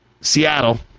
Seattle